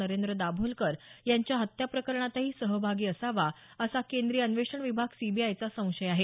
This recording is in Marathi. नरेंद्र दाभोलकर यांच्या हत्याप्रकरणातही सहभागी असावा असा केंद्रीय अन्वेषण विभाग सीबीआयचा संशय आहे